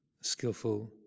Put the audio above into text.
skillful